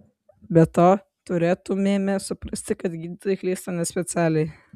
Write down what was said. be to turėtumėme suprasti kad gydytojai klysta nespecialiai